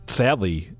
sadly